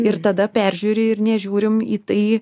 ir tada peržiūri ir nežiūrim į tai